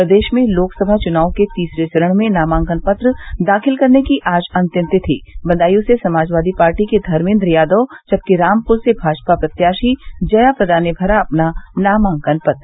प्रदेश में लोकसभा चुनाव के तीसरे चरण में नामांकन पत्र दाखिल करने की आज अंतिम तिथि बदायूं से समाजवादी पार्टी के धर्मेन्द्र यादव जबकि रामपुर से भाजपा प्रत्याशी जया प्रदा ने भरा अपना नामांकन पत्र